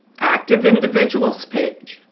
active individuals page.